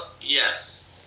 Yes